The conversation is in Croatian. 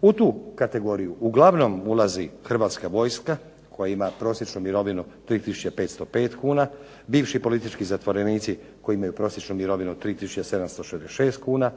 U tu kategoriju uglavnom ulazi Hrvatska vojska koja ima prosječnu mirovinu 3505 kuna, bivši politički zatvorenici koji imaju prosječnu mirovinu 3766 kuna,